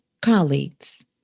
colleagues